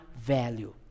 value